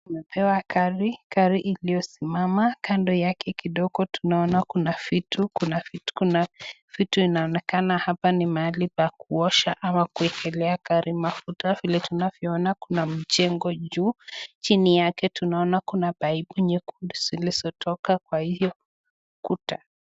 tumepewa gari, gari iliyo simama kando yake kidogo tunaona kuna vitu inaonekana hapa ni mahali pakuosha ama kuwekelea gari mafuta, vile tunavyo ona kuna mjengo juu chini yake tunaona kuna [pipe] nyekundu zilizotoka kwa hiyo ukuta.